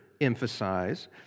emphasize